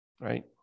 right